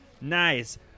Nice